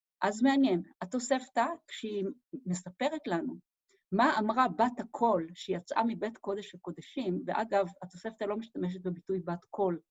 אז מעניין, התוספתא כשהיא מספרת לנו מה אמרה בת הקול שיצאה מבית קודש וקודשים, ואגב, התוספתא לא משתמשת בביטוי בת קול.